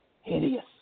hideous